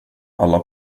alla